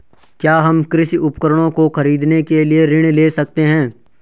क्या हम कृषि उपकरणों को खरीदने के लिए ऋण ले सकते हैं?